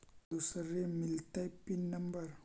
दुसरे मिलतै PIN number?